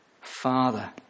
Father